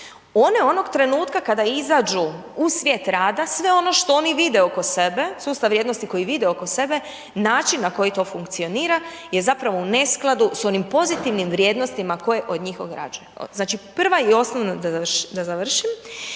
one onog trenutka, kada izađu u svijet rada, sve ono što oni vide oko sebe, sustav vrijednosti koji vide oko sebe, način na koji to funkcionira, je zapravo u neskladu s onim pozitivnim vrijednostima, koje od njih ograđuju. Znači prva i osnovna, da završim,